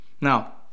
Now